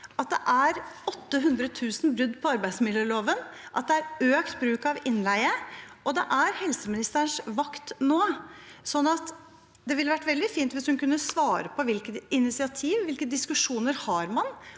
at det er 800 000 brudd på arbeidsmiljøloven, det er økt bruk av innleie, og det er helseministerens vakt nå. Det ville vært veldig fint hvis hun kunne svare på hvilke initiativ og hvilke diskusjoner man har